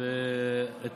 אכן הממשלה תומכת.